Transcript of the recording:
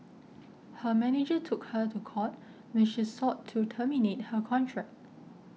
her manager took her to court when she sought to terminate her contract